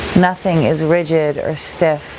nothing is rigid or stiff.